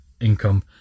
income